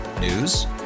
News